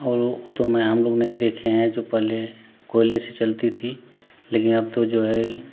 और उतने हम लोग नहीं देखे हैं जो पहले कोयले से चलती थी लेकिन अब तो जो है